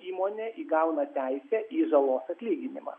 įmonė įgauna teisę į žalos atlyginimą